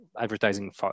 advertising